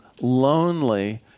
lonely